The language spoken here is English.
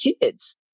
kids